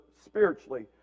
spiritually